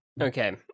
Okay